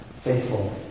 faithful